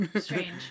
strange